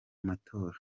matora